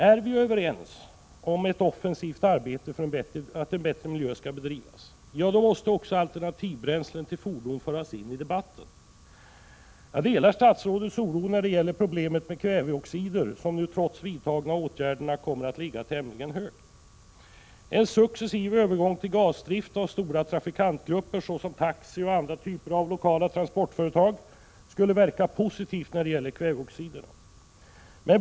Är vi överens om att ett offensivt arbete för en bättre miljö skall bedrivas måste alternativbränslen för fordon föras in i den debatten. Jag delar statsrådets oro när det gäller problemet med kväveoxidutsläpp, som trots de nu vidtagna åtgärderna kommer att ligga tämligen högt. En successiv övergång till gasdrift av stora fordonsgrupper, som taxi och inom andra typer av lokala transportföretag, skulle verka positivt på kväveoxiderna.